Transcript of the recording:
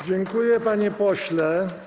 Dziękuję, panie pośle.